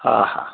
हा हा